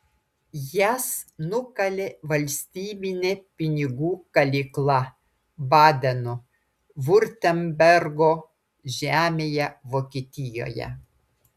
jas nukalė valstybinė pinigų kalykla badeno viurtembergo žemėje vokietijoje